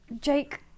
Jake